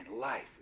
life